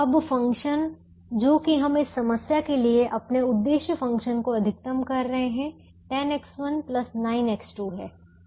अब फ़ंक्शन जो कि हम इस समस्या के लिए अपने उद्देश्य फ़ंक्शन को अधिकतम कर रहे हैं 10X1 9X2 हैं